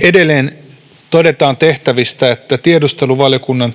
Edelleen todetaan tehtävistä, että tiedusteluvaliokunnan